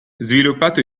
sviluppato